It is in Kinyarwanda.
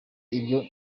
ibyo